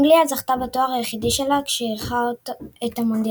אנגליה זכתה בתואר היחידי שלה כשאירחה את המונדיאל.